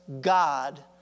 God